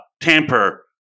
tamper